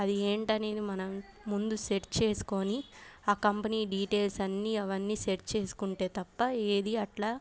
అది ఏంటనేది మనం ముందు సెట్ చేసుకొని ఆ కంపెనీ డీటైల్స్ అన్నీ అవన్నీ సెట్ చేసుకుంటే తప్ప ఏది అట్లా